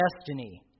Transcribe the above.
destiny